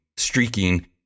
streaking